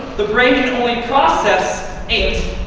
the brain can only process eight.